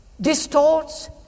distorts